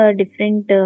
different